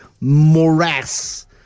morass